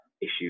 issue